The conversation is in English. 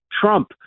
Trump